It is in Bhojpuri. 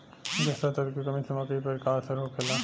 जस्ता तत्व के कमी से मकई पर का असर होखेला?